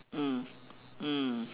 mm mm